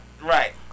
Right